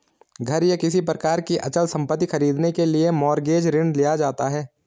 घर या किसी प्रकार की अचल संपत्ति खरीदने के लिए मॉरगेज ऋण लिया जाता है